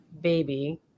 baby